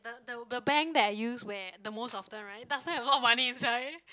the the bank that I use where the most often right doesn't have a lot of money inside